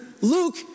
Luke